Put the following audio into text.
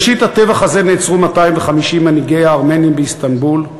בראשית הטבח הזה נעצרו 250 מנהיגי הארמנים באיסטנבול,